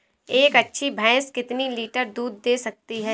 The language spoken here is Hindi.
एक अच्छी भैंस कितनी लीटर दूध दे सकती है?